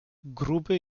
gruby